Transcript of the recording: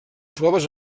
proves